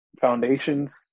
foundations